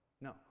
no